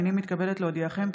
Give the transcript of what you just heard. הינני מתכבדת להודיעכם,